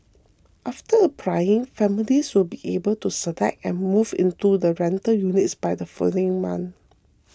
after applying families will be able to select and move into the rental units by the following month